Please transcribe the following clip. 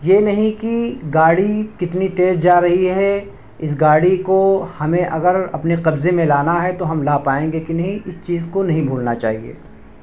یہ نہیں کہ گاڑی اتنی تیز جا رہی ہے اس گاڑی کو ہمیں اگر اپنے قبضے میں لانا ہے تو ہم لا پائیں گے کہ نہیں اس چیز کو نہیں بھولنا چاہیے